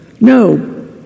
No